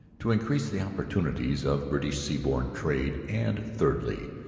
to increase the opportunities of british seaborne trade and, thirdly,